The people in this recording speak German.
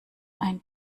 ein